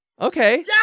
Okay